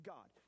God